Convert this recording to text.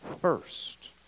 first